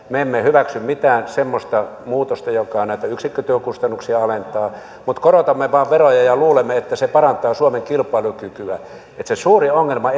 me emme hyväksy mitään semmoista muutosta joka näitä yksikkötyökustannuksia alentaa mutta korotamme vain veroja ja luulemme että se parantaa suomen kilpailukykyä se suurin ongelma